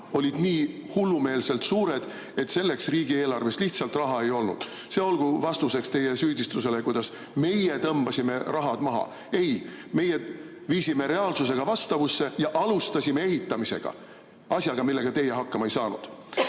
olid nii hullumeelselt suured, et selleks riigieelarvest lihtsalt raha ei olnud. See olgu vastuseks teie süüdistusele, kuidas meie tõmbasime raha maha. Ei, meie viisime reaalsusega vastavusse ja alustasime ehitamisega – asjaga, millega teie hakkama ei saanud.